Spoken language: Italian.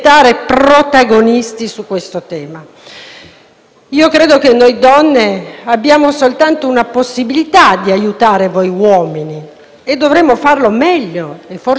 Credo che noi donne abbiamo soltanto una possibilità di aiutare voi uomini, e dovremmo farlo meglio e forse di più, nel nostro ruolo di madri.